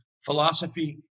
philosophy